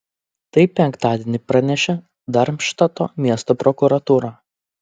tai penktadienį pranešė darmštato miesto prokuratūra